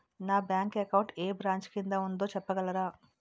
నా bank account ఏ branch కిందా ఉందో చెప్పగలరా?